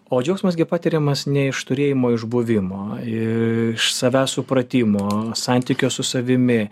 o džiaugsmas gi patiriamas ne iš turėjimo iš buvimo iš savęs supratimo santykio su savimi